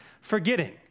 forgetting